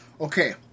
Okay